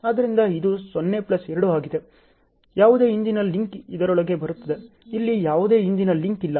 ಆದ್ದರಿಂದ ಇದು 0 ಪ್ಲಸ್ 2 ಆಗಿದೆ ಯಾವುದೇ ಹಿಂದಿನ ಲಿಂಕ್ ಇದರೊಳಗೆ ಬರುತ್ತಿದೆ ಇಲ್ಲಿ ಯಾವುದೇ ಹಿಂದಿನ ಲಿಂಕ್ ಇಲ್ಲ